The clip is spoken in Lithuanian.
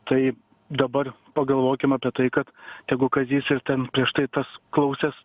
tai dabar pagalvokim apie tai kad tegu kazys ir ten prieš tai tas klausęs